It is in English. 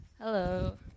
Hello